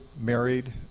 married